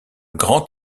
grand